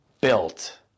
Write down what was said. built